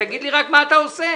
תגיד לי רק מה אתה עושה